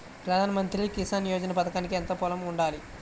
ప్రధాన మంత్రి కిసాన్ యోజన పథకానికి ఎంత పొలం ఉండాలి?